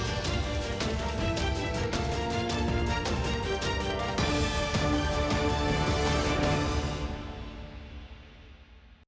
Дякую.